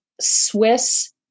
Swiss